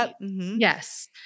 Yes